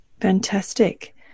Fantastic